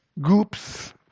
groups